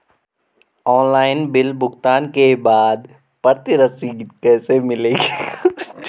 Online bill भुगतान के बाद प्रति रसीद कैसे मिलेगी?